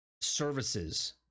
services